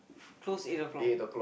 close eight o'clock